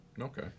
Okay